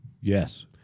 Yes